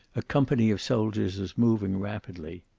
a company of soldiers was moving rapidly.